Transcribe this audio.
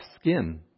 skin